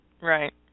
Right